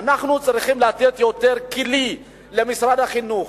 אנחנו צריכים לתת יותר כלים למשרד החינוך,